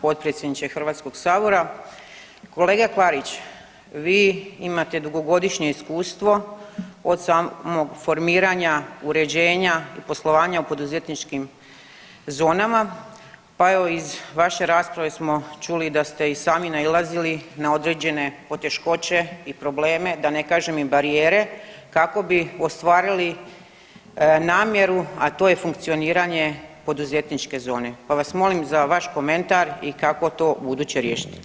Potpredsjedniče HS-a, kolega Klarić, vi imate dugogodišnje iskustvo od samog formiranja, uređenja poslovanja u poduzetničkim zonama, pa evo iz vaše rasprave smo čuli da ste i sami nailazili na određene poteškoće i probleme, da ne kažem i barijere, kako bi ostvarili namjeru, a to je funkcioniranje poduzetničke zone pa vas molim za vaš komentar i kako to ubuduće riješiti.